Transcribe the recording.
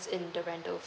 in the rented flat